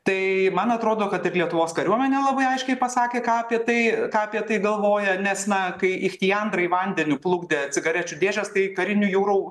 tai man atrodo kad ir lietuvos kariuomenė labai aiškiai pasakė ką apie tai ką apie tai galvoja nes na kai ichtiandrai vandeniu plukdė cigarečių dėžes tai karinių jūrų